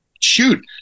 shoot